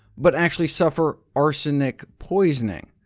but actually suffer arsenic poisoning.